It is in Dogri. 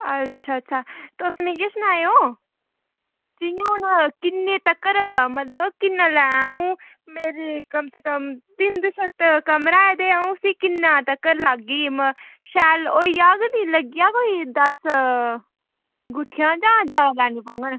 अच्छा अच्छा तुस मिगी सनाएओ जि'यां हून किन्नी तक्कर मतलब किन्ना लैं अ'ऊं मेरी कम से कम तिन्न छत कमरा ऐ ते अ'ऊं उसी किन्ना तक्कर लाह्गी म शैल होई जाह्ग निं लग्गी जाह्ग कोई दस्स गुत्थियां जां जैदा लैनियां पौंङन